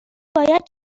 باید